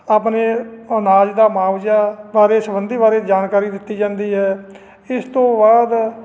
ਆਪਣੇ ਅਨਾਜ ਦਾ ਮੁਆਵਜ਼ਾ ਬਾਰੇ ਸੰਬੰਧੀ ਬਾਰੇ ਜਾਣਕਾਰੀ ਦਿੱਤੀ ਜਾਂਦੀ ਹੈ ਇਸ ਤੋਂ ਬਾਅਦ